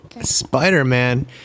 Spider-Man